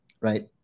Right